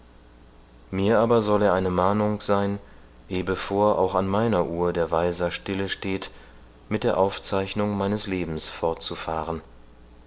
mir aber soll er eine mahnung sein ehbevor auch an meiner uhr der weiser stille steht mit der aufzeichnung meines lebens fortzufahren